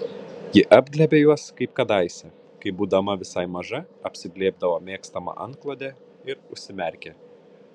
ji apglėbė juos kaip kadaise kai būdama visai maža apsiglėbdavo mėgstamą antklodę ir užsimerkė